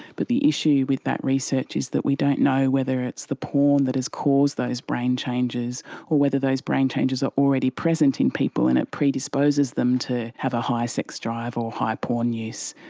but the issue with that research is that we don't know whether it's the porn that has caused those brain changes or whether those brain changes are already present in people and it predisposes them to have a high sex drive or high porn use.